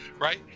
right